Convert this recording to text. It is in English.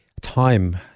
time